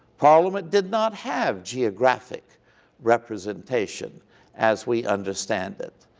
parliament did not have geographic representation as we understand it,